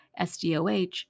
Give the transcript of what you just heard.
SDOH